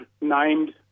named